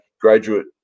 graduate